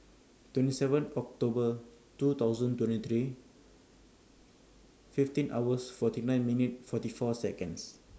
twenty seven October two thousand twenty three fifteen hours forty nine minute forty four Seconds